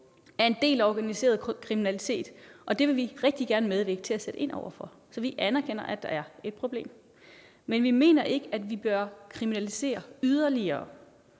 som en del af den organiserede kriminalitet. Det vil vi rigtig gerne medvirke til at sætte ind over for. Så vi anerkender, at der er et problem, men vi mener ikke, at vi bør kriminalisere yderligere.